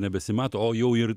nebesimato o jau ir